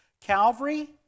Calvary